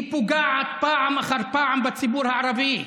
היא פוגעת פעם אחר פעם בציבור הערבי.